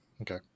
Okay